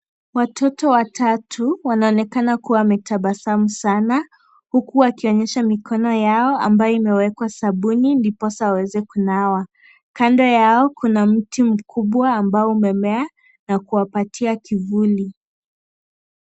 Watoto watatu wanaonekana kuwa wametabasamu sana huku wakionyesha mikononyao ambayo imewekwa sabuni ndiposa waweze kunawa, kando yao kuna mri mkubwa ambao umemea na kuwapatia kivuli.